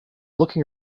looking